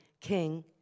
King